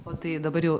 o tai dabar jau